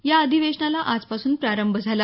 या अधिवेशनाला आजपासून प्रारंभ झाला